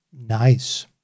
Nice